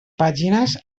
pàgines